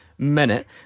Minute